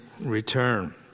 return